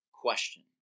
question